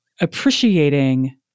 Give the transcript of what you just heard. appreciating